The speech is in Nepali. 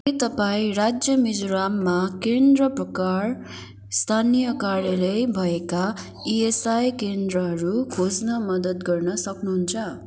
के तपाईँँ राज्य मिजोराममा केन्द्र प्रकार स्थानीय कार्यालय भएका इएसआइसी केन्द्रहरू खोज्न मद्दत गर्न सक्नुहुन्छ